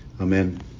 Amen